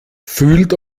fühlt